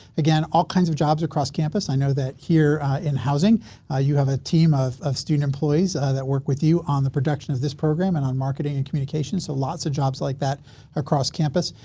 again, all kinds of jobs across campus i know that here in housing you have a team of of student employees that work with you on the production of this program and on marketing and communication. so, lots of jobs like that across campus.